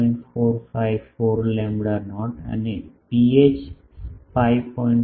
454 lambda naught અને pH 5